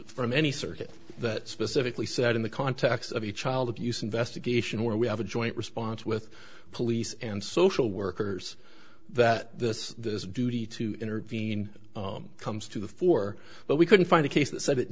from any circuit that specifically said in the context of a child abuse investigation where we have a joint response with police and social workers that this duty to intervene comes to the fore but we couldn't find a case that said it